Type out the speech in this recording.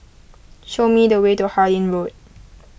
show me the way to Harlyn Road